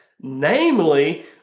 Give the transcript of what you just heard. Namely